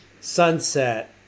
Sunset